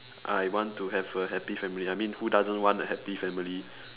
I want to have a happy family I mean who doesn't want a happy family